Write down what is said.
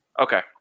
Okay